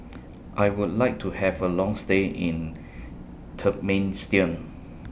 I Would like to Have A Long stay in Turkmenistan